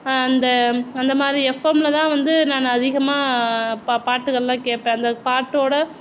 அந்த அந்தமாதிரி எஃப்எம்மில் தான் வந்து நான் அதிகமாக பா பாட்டுகள்லான் கேட்பேன் அந்த பாட்டோடய